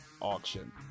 auction